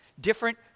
different